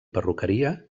perruqueria